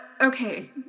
Okay